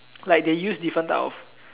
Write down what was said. like they use different types of